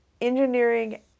engineering